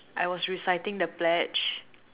I was reciting the pledge